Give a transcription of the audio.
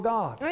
God